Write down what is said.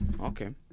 Okay